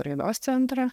raidos centrą